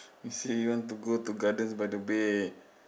you said you want to go to Gardens-by-the-Bay